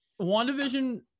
WandaVision